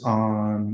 on